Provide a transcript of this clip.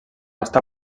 està